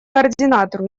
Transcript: координатору